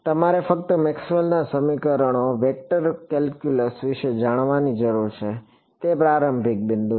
તમારે ફક્ત મેક્સવેલના સમીકરણો વેક્ટર કેલ્ક્યુલસ વિશે જાણવાની જરૂર છે તે પ્રારંભિક બિંદુ છે